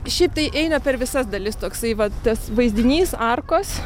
šiaip tai eina per visas dalis toksai va tas vaizdinys arkos